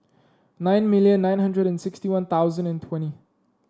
nine million nine hundred and sixty One Thousand and twenty